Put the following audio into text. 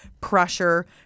pressure